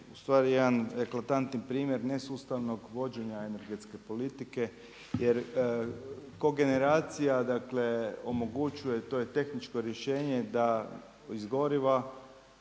ustvari jedan eklatantni primjer nesustavnog vođenja energetske politike jer kogeneracija omogućuje to je tehničko rješenje da ih goriva